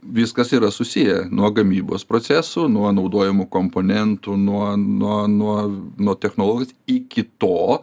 viskas yra susiję nuo gamybos procesų nuo naudojamų komponentų nuo nuo nuo nuo technologijos iki to